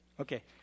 Okay